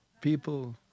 people